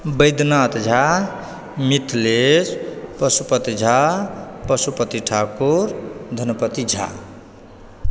Baidyanath Jha Mithlesh Pashupati Jha Pashupati Thakur Dhanpati Jha